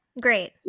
great